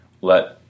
let